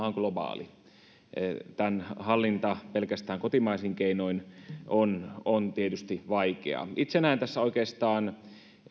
on globaali tämän hallinta pelkästään kotimaisin keinoin on on tietysti vaikeaa itse näen tässä oikeastaan